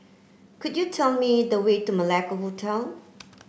could you tell me the way to Malacca Hotel